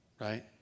Right